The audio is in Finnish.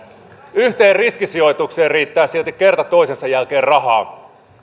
yhteen riskisijoitukseen riittää silti kerta toisensa jälkeen rahaa